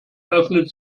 öffnet